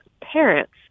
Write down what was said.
parents